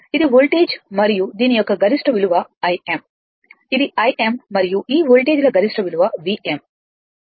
ఇది వోల్టేజ్ మరియు దీని యొక్క గరిష్ట విలువ Im ఇది Im మరియు ఈ వోల్టేజ్ల గరిష్ట విలువ Vm